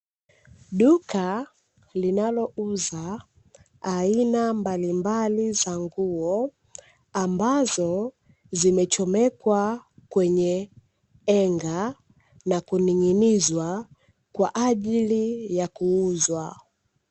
Duka linalouza aina mbalimbali za nguo, ambazo zimechomekwa kwenye enga na kuning'inizwa kwa ajili ya kuuzwa.